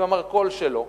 עם המרכולת שלו,